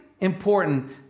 Important